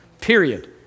period